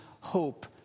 hope